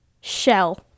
Shell